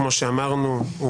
כמו שאמרנו,